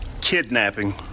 kidnapping